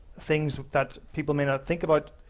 things that people may not think about.